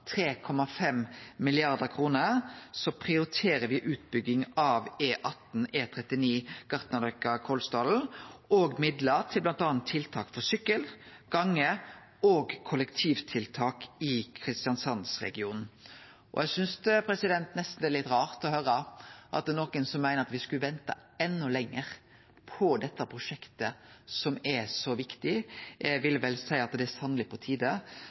og midlar til bl.a. tiltak for sykkel, gange og kollektivtiltak i Kristiansands-regionen. Eg synest nesten det er litt rart å høyre at det er nokre som meiner at vi skulle vente enda lenger på dette prosjektet, som er så viktig. Eg vil vel seie at det sanneleg er på